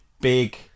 big